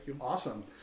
awesome